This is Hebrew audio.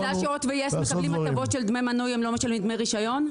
אז בגלל שהוט ויס מקבלים הטבות של דמי מנוי הם לא משלמים דמי רישיון?